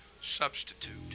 substitute